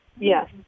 Yes